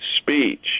speech